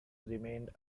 remained